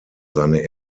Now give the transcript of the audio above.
seine